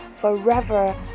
forever